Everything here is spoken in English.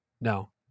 no